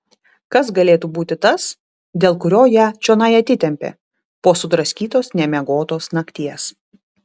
kas galėtų būti tas dėl kurio ją čionai atitempė po sudraskytos nemiegotos nakties